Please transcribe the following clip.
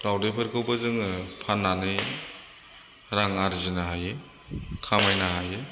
दाउदैफोरखौबो जोङो फाननानै रां आरजिनो हायो खामायनो हायो